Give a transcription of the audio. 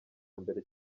mbere